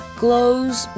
glows